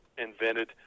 invented